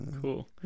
cool